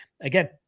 Again